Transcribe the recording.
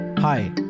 Hi